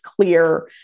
clear